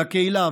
לקהילה,